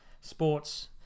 sports